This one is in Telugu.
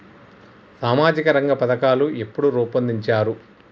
సామాజిక రంగ పథకాలు ఎప్పుడు రూపొందించారు?